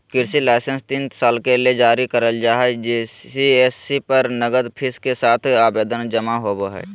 कृषि लाइसेंस तीन साल के ले जारी करल जा हई सी.एस.सी पर नगद फीस के साथ आवेदन जमा होवई हई